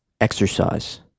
exercise